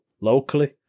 locally